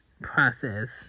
process